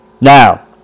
Now